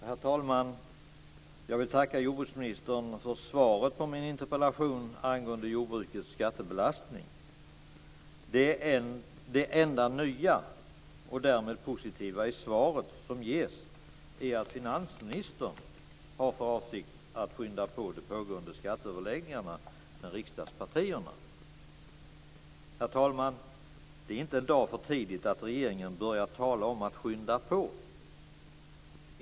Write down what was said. Herr talman! Jag vill tacka jordbruksministern för svaret på min interpellation angående jordbrukets skattebelastning. Det enda nya och därmed positiva i svaret som ges är att finansministern har för avsikt att skynda på de pågående skatteöverläggningarna med riksdagspartierna. Herr talman! Det är inte en dag för tidigt att regeringen börjar tala om att skynda på.